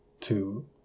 two